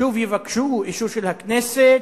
שוב יבקשו אישור של הכנסת,